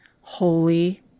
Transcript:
Holy